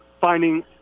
finding